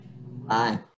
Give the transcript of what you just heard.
Bye